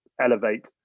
elevate